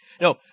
No